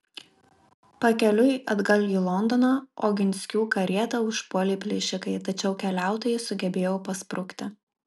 pakeliui atgal į londoną oginskių karietą užpuolė plėšikai tačiau keliautojai sugebėjo pasprukti